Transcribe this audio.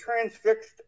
transfixed